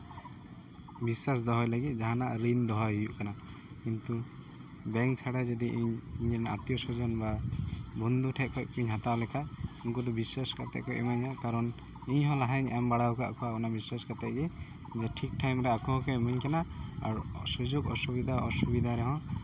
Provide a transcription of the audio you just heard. ᱵᱤᱥᱥᱟᱥ ᱫᱚᱦᱚᱭ ᱞᱟᱹᱜᱤᱫ ᱡᱟᱦᱟᱱᱟᱜ ᱨᱤᱱ ᱫᱚᱦᱚᱭ ᱦᱩᱭᱩᱜ ᱠᱟᱱᱟ ᱠᱤᱱᱛᱩ ᱵᱮᱝᱠ ᱪᱷᱟᱲᱟ ᱡᱩᱫᱤ ᱤᱧᱨᱮᱱ ᱟᱛᱛᱤᱭᱚ ᱥᱚᱡᱚᱱ ᱵᱟ ᱵᱚᱱᱫᱷᱩ ᱴᱷᱮᱡ ᱠᱷᱚᱡ ᱤᱧ ᱦᱟᱛᱟᱣ ᱞᱮᱠᱷᱟᱡ ᱩᱱᱠᱩ ᱫᱚ ᱵᱤᱥᱥᱟᱥ ᱠᱟᱛᱮᱜ ᱠᱚ ᱤᱢᱟᱹᱧᱟ ᱠᱟᱨᱚᱱ ᱤᱧ ᱦᱚᱸ ᱞᱟᱦᱟᱧ ᱮᱢ ᱵᱟᱲᱟ ᱠᱟᱜ ᱠᱚᱣᱟ ᱚᱱᱟ ᱵᱤᱥᱥᱟᱹᱥ ᱠᱟᱛᱮᱜ ᱜᱮ ᱟᱫᱚ ᱴᱷᱤᱠ ᱴᱟᱭᱤᱢ ᱨᱮ ᱟᱠᱚ ᱦᱚᱸᱠᱚ ᱤᱢᱟᱹᱧ ᱠᱟᱱᱟ ᱟᱨ ᱥᱩᱡᱳᱜᱽ ᱚᱥᱩᱵᱤᱫᱷᱟ ᱚᱥᱩᱵᱤᱫᱷᱟ ᱨᱮᱦᱚᱸ